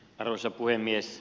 arvoisa puhemies